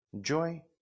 Joy